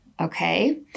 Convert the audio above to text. okay